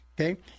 okay